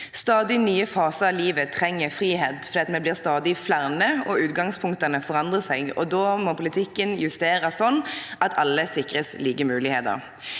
Stadig nye faser av livet trenger frihet fordi vi blir stadig flere og utgangspunktene forandrer seg, og da må politikken justeres sånn at alle sikres like muligheter.